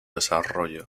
desarrollo